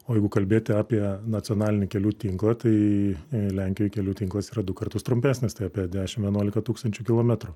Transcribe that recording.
o jeigu kalbėti apie nacionalinį kelių tinklą tai lenkijoj kelių tinklas yra du kartus trumpesnis tai apie dešim vienuolika tūkstančių kilometrų